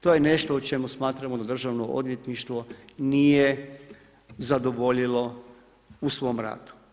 To je nešto o čemu smatramo da državno odvjetništvo nije zadovoljilo u svom radu.